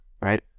right